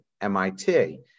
MIT